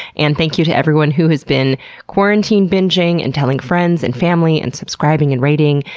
and thank you to everyone who has been quarantine binging, and telling friends, and family, and subscribing, and rating,